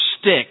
stick